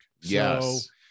Yes